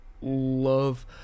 love